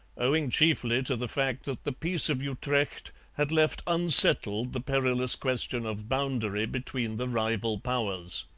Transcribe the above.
owing chiefly to the fact that the peace of utrecht had left unsettled the perilous question of boundary between the rival powers.